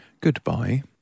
goodbye